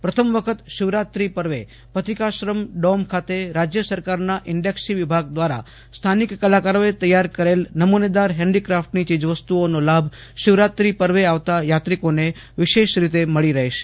પ્રથમ વખત શિવરાત્રિ પર્વ પથીકાશ્રમ ડોમ ખાતે રાજ્ય સરકારના ઇન્ડેક્સી વિભાગ દ્વારા સ્થાનિક કલાકારોએ તૈયાર કરેલ નમુનેદાર હેન્ડીક્રાફ્ટની ચીજવસ્તુઓનો લાભ શિવરાત્રિ પર્વે આવતા યાત્રિકોને વિશેષ રીતે મળી રહેશે